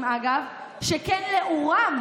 לעניות דעתי היא לא עניין של ימין ושמאל,